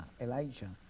Elijah